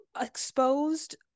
exposed